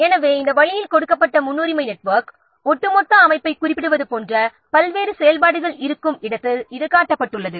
எனவே இந்த வழியில் கொடுக்கப்பட்ட முன்னுரிமை நெட்வொர்க் ஒட்டுமொத்த அமைப்பைக் குறிப்பிடுவது போன்ற பல்வேறு செயல்பாடுகள் இருக்கும் இடத்தில் இது காட்டப்பட்டுள்ளது